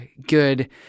good